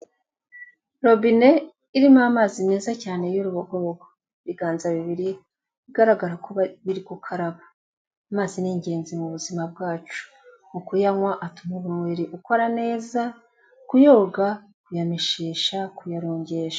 Robine irimo amazi meza cyane y'urubogobogo, ibiganza bibiri bigaragara ko biri gukaraba, amazi ni ingenzi mu buzima bwacu, mu kuyanywa atuma umubiri ukora neza, kuyoga, kuyameshesha, kuyarongesha.